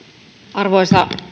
arvoisa